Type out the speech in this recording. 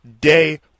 day